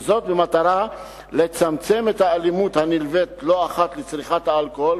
וזאת במטרה לצמצם את האלימות הנלווית לא אחת לצריכת האלכוהול